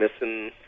missing